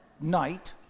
night